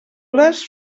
les